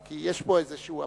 כי יש פה איזה אבסורד.